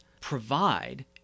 provide